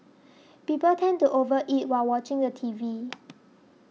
people tend to over eat while watching the T V